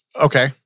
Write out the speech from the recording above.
Okay